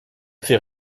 fait